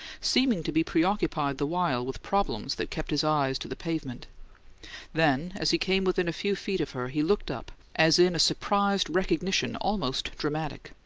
seeming to be preoccupied the while with problems that kept his eyes to the pavement then, as he came within a few feet of her, he looked up, as in a surprised recognition almost dramatic,